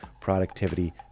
productivity